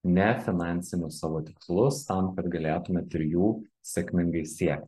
nefinansinius savo tikslus tam kad galėtumėt ir jų sėkmingai siekt